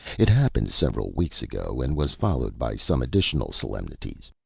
it happened several weeks ago, and was followed by some additional solemnities.